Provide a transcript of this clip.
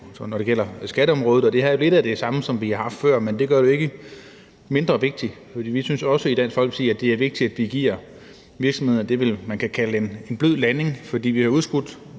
når det gælder skatteområdet, og det her er jo lidt af det samme, som vi har haft før. Men det gør det jo ikke mindre vigtigt. For vi synes også i Dansk Folkeparti, at det er vigtigt, at vi giver virksomhederne det, man vel kan kalde